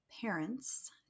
parents